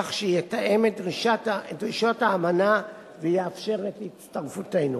כך שיתאם את דרישות האמנה ויאפשר את הצטרפותנו.